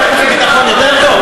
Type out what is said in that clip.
ועדת חוץ וביטחון יותר טוב?